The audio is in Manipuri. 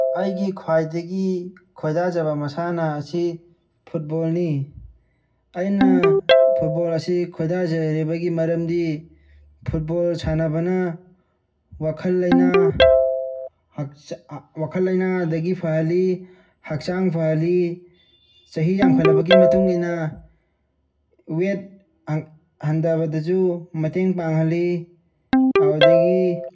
ꯑꯩꯒꯤ ꯈ꯭ꯋꯥꯏꯗꯒꯤ ꯈꯣꯏꯗꯥꯖꯕ ꯃꯁꯥꯟꯅ ꯑꯁꯤ ꯐꯨꯠꯕꯣꯜꯅꯤ ꯑꯩꯅ ꯐꯨꯠꯕꯣꯜ ꯑꯁꯤ ꯈꯣꯏꯗꯥꯖꯔꯤꯕꯒꯤ ꯃꯔꯝꯗꯤ ꯐꯨꯠꯕꯣꯜ ꯁꯥꯟꯅꯕꯅ ꯋꯥꯈꯜ ꯂꯩꯅꯥ ꯋꯥꯈꯜ ꯂꯩꯅꯥꯗꯒꯤ ꯐꯍꯜꯂꯤ ꯍꯛꯆꯥꯡ ꯐꯍꯜꯂꯤ ꯆꯍꯤ ꯌꯥꯝꯈꯠꯂꯛꯄꯒꯤ ꯃꯇꯨꯡꯏꯟꯅ ꯋꯦꯠ ꯍꯟꯊꯕꯗꯁꯨ ꯃꯇꯦꯡ ꯄꯥꯡꯍꯜꯂꯤ ꯑꯗꯨꯗꯒꯤ